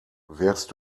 wärst